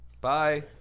Bye